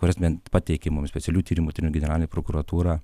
kurias bent pateikė mums specialių tyrimų tai yra generalinė prokuratūra